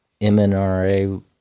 MNRA